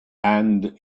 and